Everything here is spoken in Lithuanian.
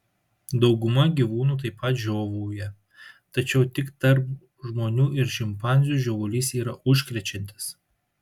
dauguma gyvūnų taip pat žiovauja tačiau tik tarp žmonių ir šimpanzių žiovulys yra užkrečiantis